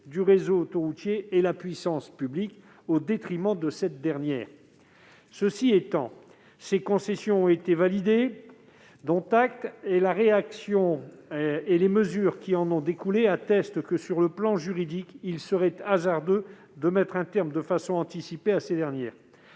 du réseau autoroutier et la puissance publique, au détriment de cette dernière. Cela étant dit, ces concessions ont été validées ; dont acte. En outre, la réaction et les mesures qui en ont découlé attestent que, d'un point de vue juridique, il serait hasardeux d'y mettre un terme de façon anticipée. Pour